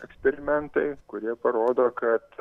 eksperimentai kurie parodo kad